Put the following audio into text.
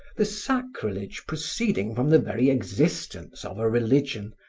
the sacrilege proceeding from the very existence of a religion,